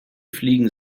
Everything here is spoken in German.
fliegen